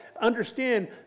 understand